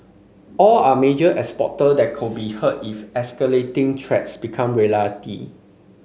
all are major exporter that could be hurt if escalating threats become reality